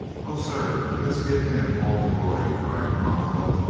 o, sir, let's give him all the glory! cried crom well,